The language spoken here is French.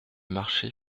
marché